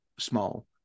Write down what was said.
small